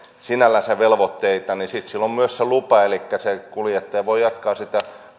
velvoitteita sitten hänellä on myös lupa elikkä se kuljettaja voi jatkaa sitä